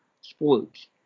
sports